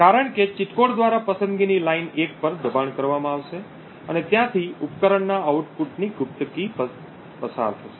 કારણ કે cheat code દ્વારા પસંદગીની લાઇન 1 પર દબાણ કરવામાં આવશે અને ત્યાંથી ઉપકરણના આઉટપુટની ગુપ્ત કી પર પસાર થશે